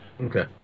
Okay